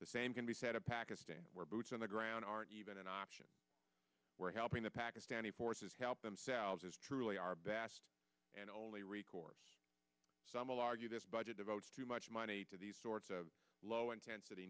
the same can be said of pakistan where boots on the ground aren't even an option where helping the pakistani forces help themselves is truly our best and only recourse some will argue this budget devotes too much money to these sorts of low intensity